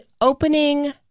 opening